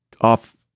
off